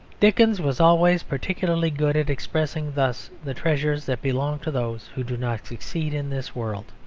dickens was always particularly good at expressing thus the treasures that belong to those who do not succeed in this world.